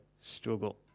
struggle